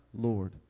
Lord